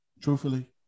truthfully